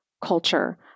culture